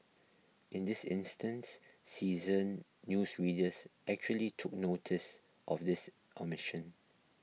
in this instance seasoned news readers actually took noticed of this omission